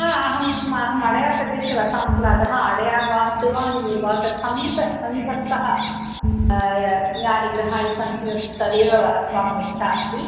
हा अहम् अहम् अडेयार् प्रदेशे वसामि किल अतः अडेयार् वा कुरुवान्यूर् वा तत् समीप समीपस्थः यानि गृहाणि सन्ति तदेव अस्माकमिच्छा अस्ति